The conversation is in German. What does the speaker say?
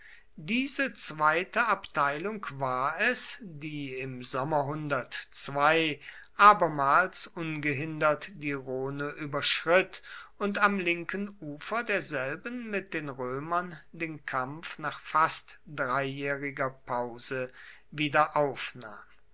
diese zweite abteilung war es die im sommer abermals ungehindert die rhone überschritt und am linken ufer derselben mit den römern den kampf nach fast dreijähriger pause wieder aufnahm